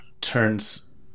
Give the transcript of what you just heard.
turns